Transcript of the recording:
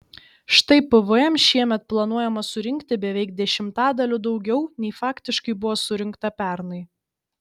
štai pvm šiemet planuojama surinkti beveik dešimtadaliu daugiau nei faktiškai buvo surinkta pernai